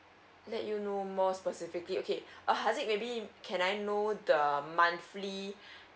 let you know more specifically okay uh harzik maybe can I know the monthly